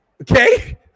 okay